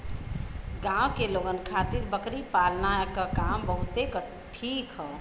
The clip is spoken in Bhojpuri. गांव के लोगन खातिर बकरी पालना क काम बहुते ठीक हौ